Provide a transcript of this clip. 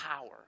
power